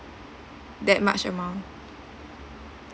that much amount